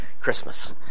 Christmas